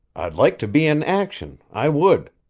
i'd like to be in action, i would!